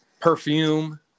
Perfume